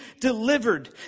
delivered